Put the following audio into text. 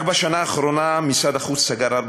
רק בשנה האחרונה משרד החוץ סגר ארבע